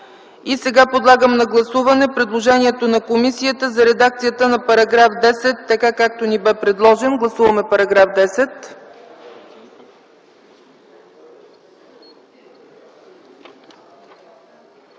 прието. Подлагам на гласуване предложението на комисията за редакцията на § 10, така както ни бе предложен. Гласуваме § 10.